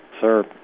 sir